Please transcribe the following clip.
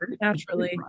naturally